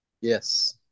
Yes